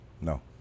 No